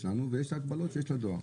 עליה ומוטלות עליה הגבלות שמוטלות על הדואר.